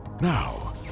Now